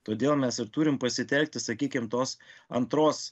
todėl mes ir turim pasitelkti sakykim tos antros